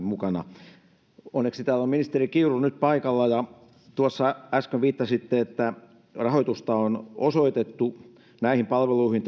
mukana ensikertalaisenakin onneksi täällä on ministeri kiuru nyt paikalla tuossa äsken viittasitte että rahoitusta on osoitettu näihin palveluihin